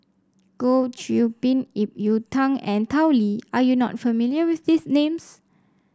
Goh Qiu Bin Ip Yiu Tung and Tao Li are you not familiar with these names